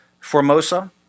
Formosa